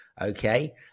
okay